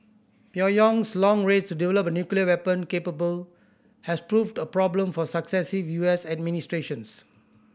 Pyongyang's long race to develop a nuclear weapon capable has proved a problem for successive U S administrations